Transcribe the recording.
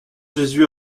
jésus